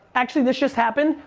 actually, this just happened,